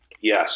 Yes